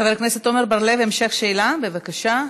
חבר הכנסת עמר בר-לב, שאלת המשך, בבקשה.